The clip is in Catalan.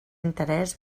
interès